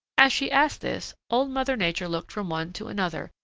as she asked this, old mother nature looked from one to another,